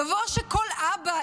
דבר שכל אבא,